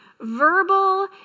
verbal